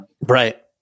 Right